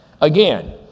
Again